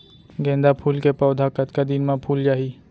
गेंदा फूल के पौधा कतका दिन मा फुल जाही?